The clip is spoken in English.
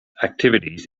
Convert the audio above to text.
activities